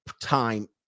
time